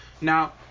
Now